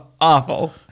awful